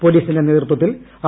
പോലീസിന്റെ നേതൃത്വത്തിൽ ആ